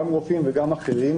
גם רופאים וגם אחרים,